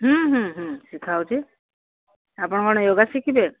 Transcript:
ହୁଁ ହୁଁ ଶିଖା ହେଉଛି ଆପଣ କ'ଣ ୟୋଗା ଶିଖିବେ